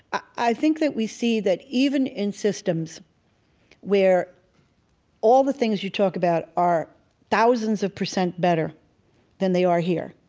i think that we see that even in systems where all the things you talk about are thousands of percent better than they are here,